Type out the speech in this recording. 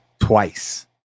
twice